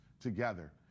together